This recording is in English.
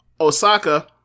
osaka